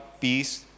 peace